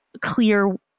clear